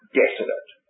desolate